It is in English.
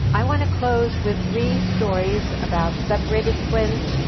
i want to close with three stories about separated twins,